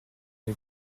les